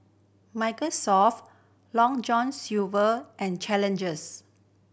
Microsoft Long John Silver and Challengers